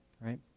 right